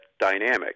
dynamic